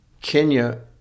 Kenya